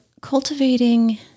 cultivating